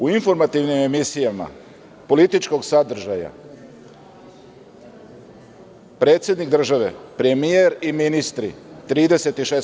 U informativnim emisijama političkog sadržaja, predsednik države, premijer i ministri 36%